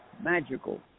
Magical